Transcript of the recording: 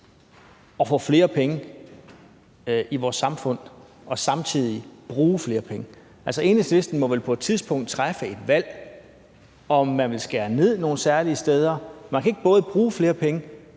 at få flere penge i vores samfund og samtidig bruge flere penge. Enhedslisten må vel på et tidspunkt træffe et valg, om man vil skære ned nogle særlige steder. Man kan ikke både bruge flere penge